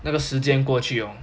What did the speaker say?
那个时间过去哦